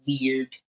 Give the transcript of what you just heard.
weird